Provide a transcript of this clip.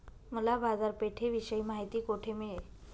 मला बाजारपेठेविषयी माहिती कोठे मिळेल?